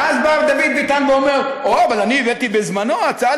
ואז בא דוד ביטן ואמר: אבל אני הבאתי בזמנו הצעה